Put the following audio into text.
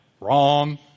Wrong